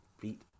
beat